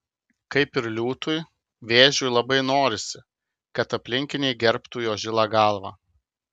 kaip ir liūtui vėžiui labai norisi kad aplinkiniai gerbtų jo žilą galvą